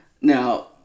Now